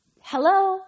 hello